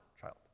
child